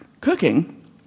cooking